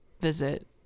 visit